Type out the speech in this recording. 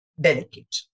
delicate